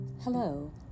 Hello